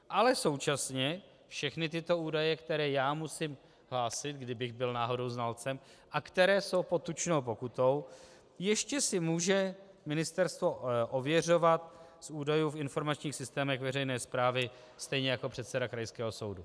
Ale současně všechny tyto údaje, které já musím hlásit, kdybych byl náhodou znalcem, a které jsou pod tučnou pokutou, ještě si může ministerstvo ověřovat z údajů v informačních systémech veřejné správy, stejně jako předseda krajského soudu.